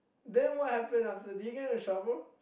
then what happen after did you get into trouble